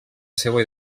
seua